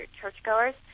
churchgoers